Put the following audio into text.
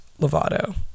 Lovato